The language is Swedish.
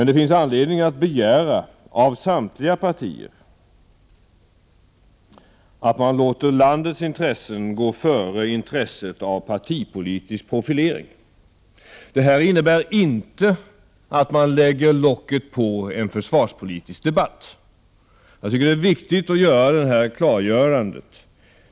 Det finns anledning att begära av samtliga partier att man låter landets intressen gå före intresset av partipolitisk profilering. Det här innebär 21 inte att man i den försvarspolitiska debatten lägger locket på. Jag tycker att det är viktigt med det klargörandet.